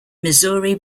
missouri